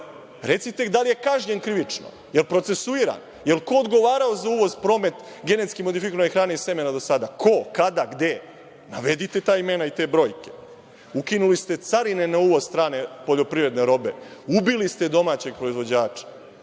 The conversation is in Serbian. Recite, da li je kažnjen krivično, da li je procesuiran, da li je ko odgovarao za uvoz, promet genetski modifikovane hrane i semena do sada? Ko, kada, gde? Navedite ta imena i te brojke. Ukinuli ste carine na uvoz strane poljoprivredne robe, ubili ste domaćeg proizvođača.